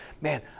man